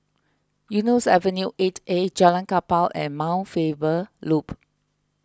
Eunos Avenue eight A Jalan Kapal and Mount Faber Loop